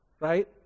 right